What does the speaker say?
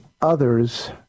others